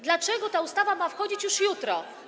Dlaczego ta ustawa ma wchodzić już jutro?